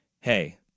hey